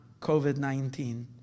COVID-19